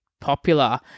popular